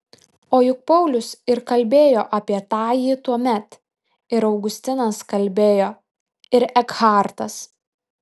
o juk paulius ir kalbėjo apie tąjį tuomet ir augustinas kalbėjo ir ekhartas